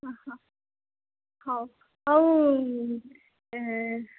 ହଉ ହଉ